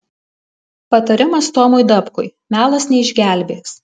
patarimas tomui dapkui melas neišgelbės